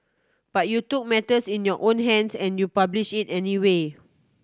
but you took matters in your own hands and you published it anyway